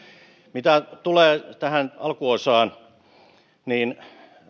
mitä tulee tähän alkuosaan niin